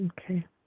Okay